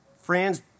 friends